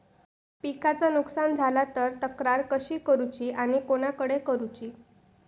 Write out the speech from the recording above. पिकाचा नुकसान झाला तर तक्रार कशी करूची आणि कोणाकडे करुची?